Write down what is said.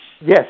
Yes